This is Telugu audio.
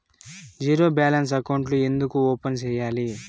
జీరో బ్యాలెన్స్ అకౌంట్లు ఎందుకు ఓపెన్ సేయాలి